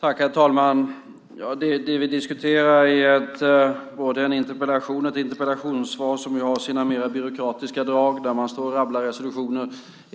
Herr talman! Det som vi diskuterar är både en interpellation och ett interpellationssvar som har sina mer byråkratiska drag där man står och rabblar resolutioner.